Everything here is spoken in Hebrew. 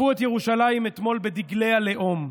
70,000, צבעו את ירושלים אתמול בדגלי הלאום.